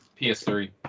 PS3